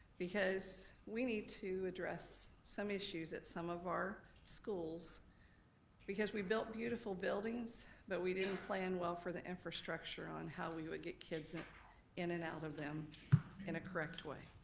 because we need to address some issues at some of our schools because we built beautiful buildings but we didn't plan well for the infrastructure on how we would get kids in in and out of them in a correct way.